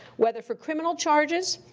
whether for criminal charges,